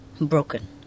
broken